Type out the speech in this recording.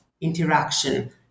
interaction